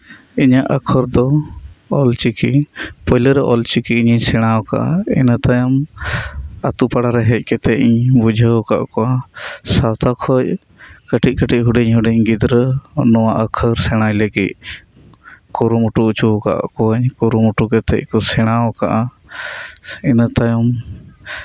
ᱤᱧᱟᱹᱜ ᱟᱠᱷᱚᱨ ᱫᱚ ᱚᱞᱪᱤᱠᱤ ᱯᱷᱭᱞᱳ ᱨᱮ ᱚᱞᱪᱤᱠᱤ ᱤᱧᱤᱧ ᱥᱮᱬᱟ ᱟᱠᱟᱫᱟ ᱚᱱᱟ ᱛᱟᱭᱚᱢ ᱟᱹᱛᱩ ᱯᱟᱲᱟ ᱨᱮ ᱦᱮᱡ ᱠᱟᱛᱮᱫ ᱤᱧ ᱵᱩᱡᱷᱟᱹᱣ ᱟᱠᱟᱫ ᱠᱚᱣᱟ ᱥᱟᱶᱛᱟ ᱠᱷᱚᱱ ᱠᱟᱹᱴᱤᱡ ᱠᱟᱹᱴᱤᱡ ᱦᱩᱰᱤᱧ ᱦᱩᱰᱤᱧ ᱜᱤᱫᱽᱨᱟᱹ ᱱᱚᱶᱟ ᱟᱠᱷᱚᱨ ᱥᱮᱬᱟᱭ ᱞᱟᱹᱜᱤᱫ ᱠᱩᱨᱩᱢᱩᱴᱩ ᱦᱚᱪᱚ ᱟᱠᱟᱫ ᱠᱚᱣᱟᱧ ᱠᱩᱨᱩᱢᱩᱴᱩ ᱠᱟᱛᱮᱫ ᱠᱚ ᱥᱮᱬᱟ ᱟᱠᱟᱫᱼᱟ ᱤᱱᱟᱹ ᱛᱟᱭᱚᱢ